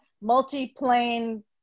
multi-plane